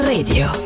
Radio